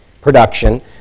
production